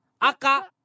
Aka